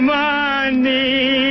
money